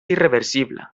irreversible